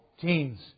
teens